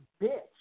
bitch